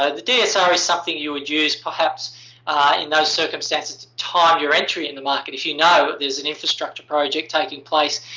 ah the dsr is something that you would use perhaps in those circumstances to time your entry in the market. if you know there's an infrastructure project taking place.